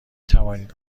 توانید